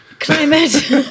Climate